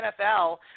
NFL